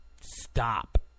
Stop